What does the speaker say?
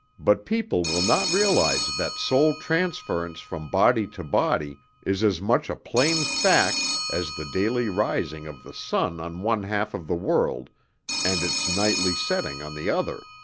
but people will not realize that soul transference from body to body is as much a plain fact as the daily rising of the sun on one half of the world and its nightly setting on the other.